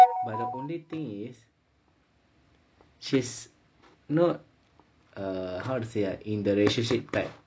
but the only thing is she's not err how to say ah in relationship like